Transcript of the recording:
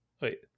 wait